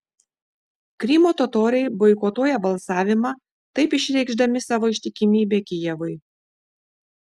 krymo totoriai boikotuoja balsavimą taip išreikšdami savo ištikimybę kijevui